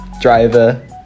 driver